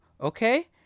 okay